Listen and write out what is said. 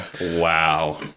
Wow